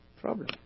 problem